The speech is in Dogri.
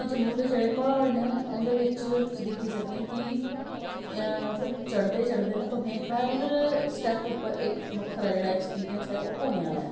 ते जम्मू दे जेहडे़ प्हाड़ ना उंदे बिच तुस दिक्खी सकने कि मतलब चढ़दे चढ़दे ना तुसें हर स्टाप उप्पर इक बक्खरा जेहड़ा एक्सपिरियंस ऐ ओह् होने आहला ऐ